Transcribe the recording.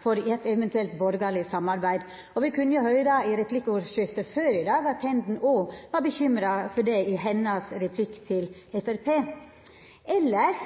i eit eventuelt borgarleg samarbeid? Me kunne i replikkordskiftet før i dag høyra at Tenden òg var bekymra for det i sin replikk til Framstegspartiet? Eller